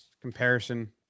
comparison